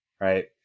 right